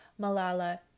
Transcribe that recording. Malala